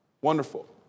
Wonderful